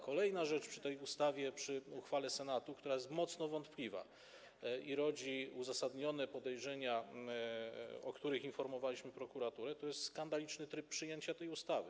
Kolejna rzecz dotycząca tej ustawy - jeśli chodzi o uchwałę Senatu - która jest mocno wątpliwa i rodzi uzasadnione podejrzenia, o których informowaliśmy prokuraturę, to jest skandaliczny tryb przyjęcia tej ustawy.